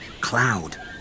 cloud